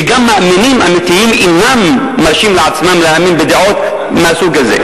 וגם מאמינים אמיתיים אינם מרשים לעצמם להאמין בדעות מהסוג הזה.